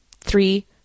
three